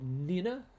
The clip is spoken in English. Nina